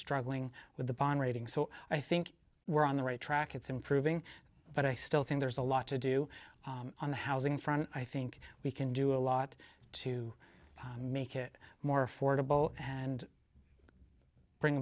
struggling with the bond rating so i think we're on the right track it's improving but i still think there's a lot to do on the housing front i think we can do a lot to make it more affordable and bring